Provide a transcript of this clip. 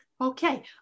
Okay